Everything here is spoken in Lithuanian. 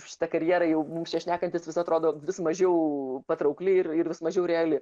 šitą karjerą jau mums čia šnekantis vis atrodo vis mažiau patraukli ir ir vis mažiau reali